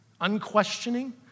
Unquestioning